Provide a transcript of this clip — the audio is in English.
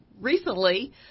recently